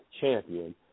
champion